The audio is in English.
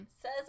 says